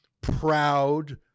proud